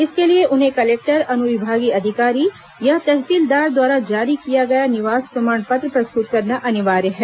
इसके लिये उन्हें कलेक्टर अनुविभागीय अधिकारी या तहसीलदार द्वारा जारी किया गया निवास प्रमाण पत्र प्रस्तुत करना अनिवार्य है